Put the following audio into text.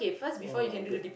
!wah! good